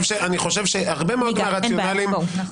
חושב שאתם צריכים לייצר פה מנגנון אחר.